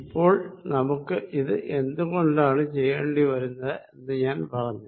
ഇപ്പോൾ നമുക്ക് ഇത് എന്തുകൊണ്ടാണ് ചെയ്യേണ്ടി വരുന്നത് എന്ന് ഞാൻ പറഞ്ഞു